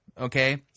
Okay